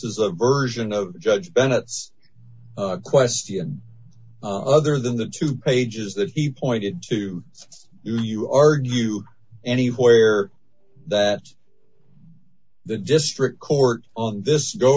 is a version of judge bennett's question other than the two pages that he pointed to you you argue anywhere that the district court this go